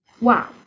Wow